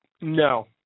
No